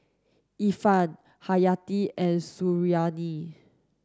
Irfan Haryati and Suriani